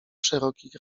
szerokich